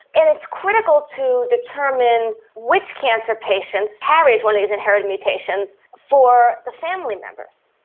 and it's critical to determine which cancer patients carries one of these inherited mutations for the family members,